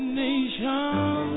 nation